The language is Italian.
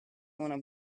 una